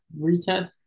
retest